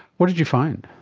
what did you find?